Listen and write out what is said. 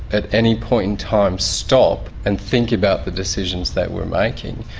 at any point in time, stop and think about the decisions that we're making.